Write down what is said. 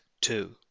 two